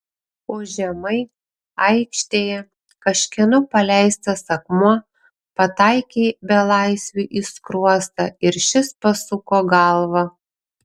o žemai aikštėje kažkieno paleistas akmuo pataikė belaisviui į skruostą ir šis pasuko galvą